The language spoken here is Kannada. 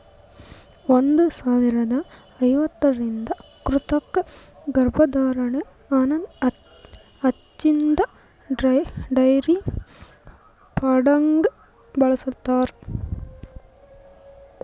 ಒಂದ್ ಸಾವಿರದಾ ಐವತ್ತರಿಂದ ಕೃತಕ ಗರ್ಭಧಾರಣೆ ಅನದ್ ಹಚ್ಚಿನ್ದ ಡೈರಿ ಫಾರ್ಮ್ದಾಗ್ ಬಳ್ಸತಾರ್